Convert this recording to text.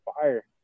fire